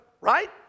Right